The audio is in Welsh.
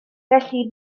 felly